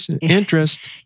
interest